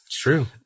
True